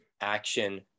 action